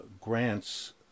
grants